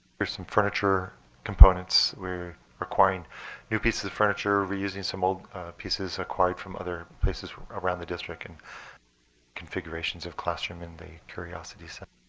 there's some furniture components. we're requiring new pieces of furniture, reusing some old pieces acquired from other places around the district in configurations of classroom in the curiosity center.